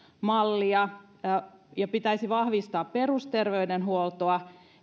mallia ja ja pitäisi vahvistaa perusterveydenhuoltoa